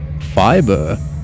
fiber